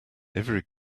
every